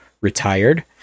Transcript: retired